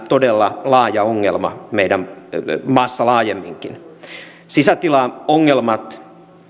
todella laaja ongelma meidän maassa laajemminkin sisäilmaongelmat